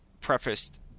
prefaced